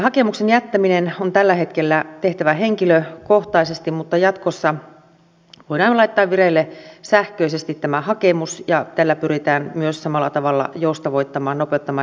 hakemuksen jättäminen on tällä hetkellä tehtävä henkilökohtaisesti mutta jatkossa voidaan laittaa vireille sähköisesti tämä hakemus ja tällä pyritään myös samalla tavalla joustavoittamaan nopeuttamaan ja tehostamaan tätä prosessia